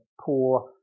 poor